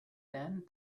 dan